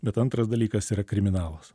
bet antras dalykas yra kriminalas